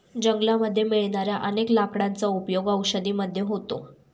जंगलामध्ये मिळणाऱ्या अनेक लाकडांचा उपयोग औषधी मध्ये होतो